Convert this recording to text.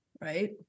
Right